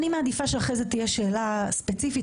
שאחרי זה תהיה שאלה ספציפית.